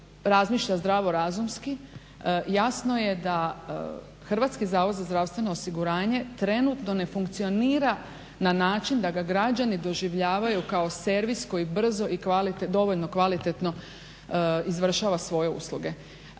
razmišlja zdravorazumski jasno je da HZZO trenutno ne funkcionira na način da ga građani doživljavaju kao servis koji brzo i dovoljno kvalitetno izvršava svoje usluge.